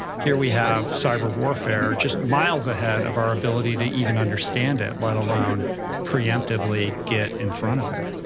here, we have cyber warfare, just miles ahead of our ability to even understand it, let alone preemptively get in front of it.